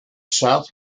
south